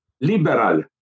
liberal